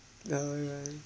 all right